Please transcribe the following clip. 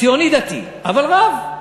ציוני דתי, אבל רב,